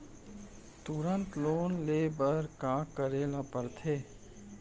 तुरंत लोन ले बर का करे ला पढ़थे?